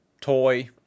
toy